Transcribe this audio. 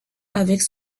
avec